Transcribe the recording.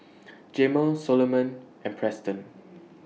Jamel Soloman and Preston